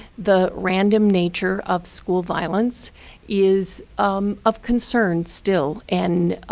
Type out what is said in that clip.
the random nature of school violence is of concern still and